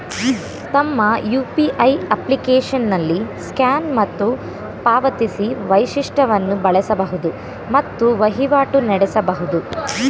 ತಮ್ಮ ಯು.ಪಿ.ಐ ಅಪ್ಲಿಕೇಶನ್ನಲ್ಲಿ ಸ್ಕ್ಯಾನ್ ಮತ್ತು ಪಾವತಿಸಿ ವೈಶಿಷ್ಟವನ್ನು ಬಳಸಬಹುದು ಮತ್ತು ವಹಿವಾಟು ನಡೆಸಬಹುದು